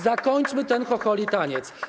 Zakończmy ten chocholi taniec.